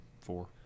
four